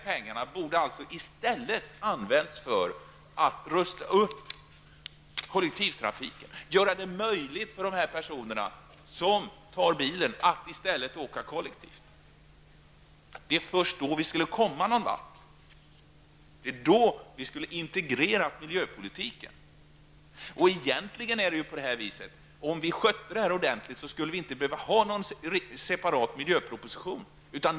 Pengarna borde i stället användas för att rusta upp kollektivtrafiken och göra det möjligt för de personer som tar bilen att i stället åka kollektivt. Först då skulle vi kunna komma någonvart. Då skulle vi ha integrerat miljöpolitiken. Om vi skötte det här ordentligt skulle vi inte behöva ha någon separat miljöproposition.